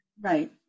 Right